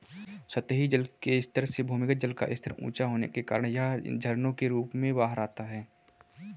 सतही जल के स्तर से भूमिगत जल का स्तर ऊँचा होने के कारण यह झरनों के रूप में बाहर आता है